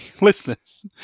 Listeners